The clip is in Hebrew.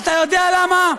אתה יודע למה?